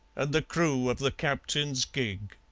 and the crew of the captain's gig.